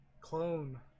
Clone